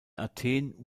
athen